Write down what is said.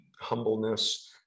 humbleness